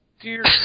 Dear